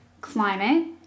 climate